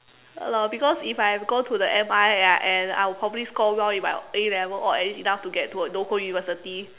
ya lor because if I go to the M_I right and I will probably score well in my A-levels or at least enough to get into a local university